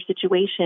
situation